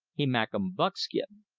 he mak' um buckskin.